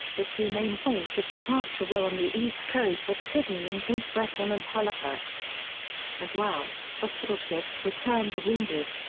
the two main points of departure were on the east coast at sydney in cape breton and halifax as well, hospital ships returned the wounded.